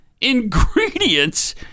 ingredients